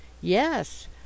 Yes